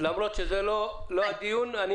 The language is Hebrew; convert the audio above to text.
למרות שזה לא נושא הדיון.